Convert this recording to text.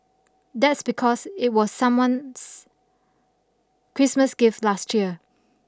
that's because it was someone's Christmas gift last year